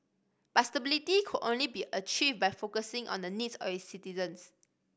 but stability could only be achieved by focusing on the needs of its citizens